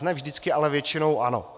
Ne vždycky, ale většinou ano.